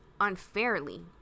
unfairly